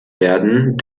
werden